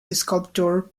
sculptor